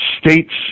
states